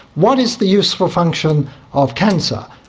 what is the useful function of cancer?